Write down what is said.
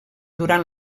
durant